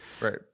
Right